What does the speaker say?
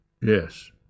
Yes